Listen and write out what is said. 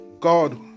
God